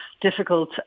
difficult